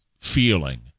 feeling